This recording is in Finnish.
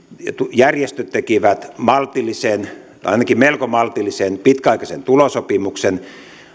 järjestöt tekivät maltillisen tai ainakin melko maltillisen pitkäaikaisen tulosopimuksen